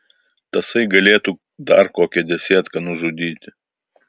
tasai galėtų dar kokią desetką nužudyti